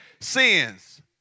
sins